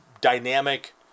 dynamic